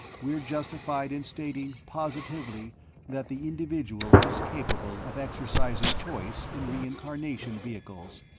we're justified in stating positively that the individual is capable of exercising choice in reincarnation vehicles.